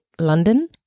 London